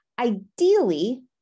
Ideally